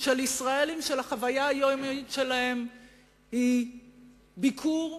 של ישראלים, שהחוויה היומיומית שלהם היא ביקור,